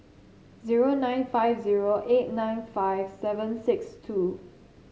zero nine zero five eight nine five seven six two